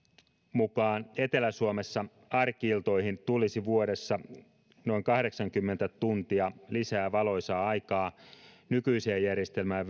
mukaan etelä suomessa arki iltoihin tulisi vuodessa noin kahdeksankymmentä tuntia lisää valoisaa aikaa verrattuna nykyiseen järjestelmään